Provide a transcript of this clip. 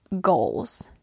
goals